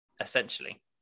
essentially